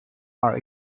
are